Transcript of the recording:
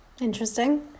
Interesting